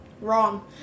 Wrong